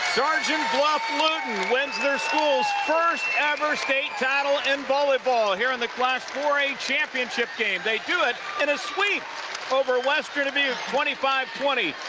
sergeant bluff-luton wins their school's first ever state title in volleyball here in the class four a championship game they do it in a sweep over western dubuque, twenty five twenty,